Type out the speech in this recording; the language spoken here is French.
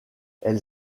elle